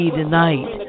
tonight